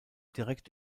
direkt